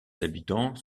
habitants